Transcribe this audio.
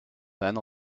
then